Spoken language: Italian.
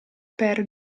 per